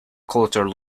closer